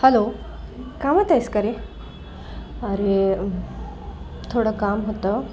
hello कामात आहेस का रे अरे थोडं काम होतं